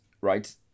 right